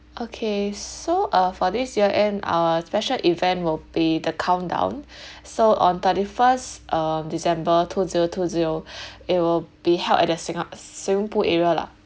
okay so uh for this year end our special event will be the countdown so on thirty first um december two zero two zero it will be held at the singa~ swimming pool area lah